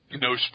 No